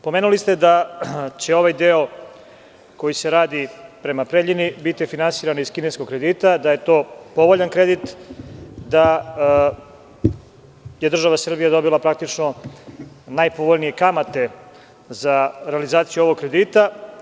Pomenuli ste da će ovaj deo koji se radi prema Preljini biti finansiran iz kineskog kredita, da je to povoljan kredit, da je država Srbija dobila praktično najpovoljnije kamate za realizaciju ovog kredita.